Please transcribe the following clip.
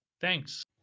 Thanks